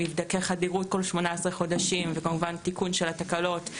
מבדקי חדירות כל 18 חודשים וכמובן תיקון של התקלות,